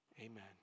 amen